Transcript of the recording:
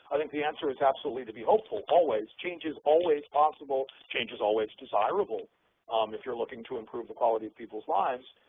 i think the answer is absolutely to be hopeful, always. change is always possible, change is always desirable if you're looking to improve the quality of people's lives,